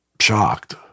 shocked